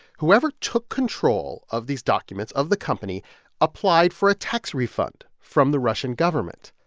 whoever took control of these documents of the company applied for a tax refund from the russian government,